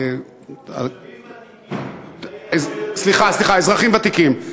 תושבים ותיקים, סליחה, סליחה, אזרחים ותיקים.